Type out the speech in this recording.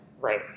Right